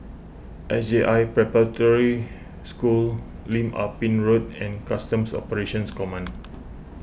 S J I Preparatory School Lim Ah Pin Road and Customs Operations Command